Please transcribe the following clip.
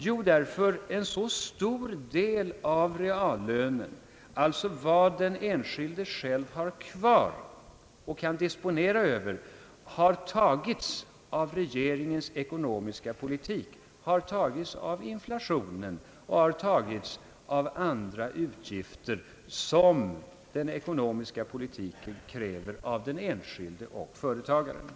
Jo, därför att en så stor del av reallönen, dvs. vad den enskilde själv har kvar och kan disponera över, har tagits av regeringens ekonomiska politik, av inflationen och av andra utgifter som den ekonomiska politiken kräver av den enskilde och av företagarna.